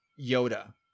Yoda